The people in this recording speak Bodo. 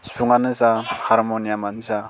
सिफुङानो जा हारम'नियामानो जा